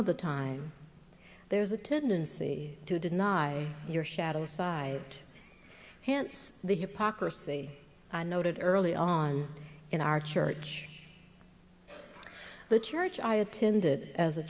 of the time there's a tendency to deny your shadow side hence the hypocrisy i noted early on in our church the church i attended as a